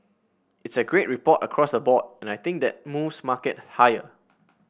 it's a great report across the board and I think that moves market higher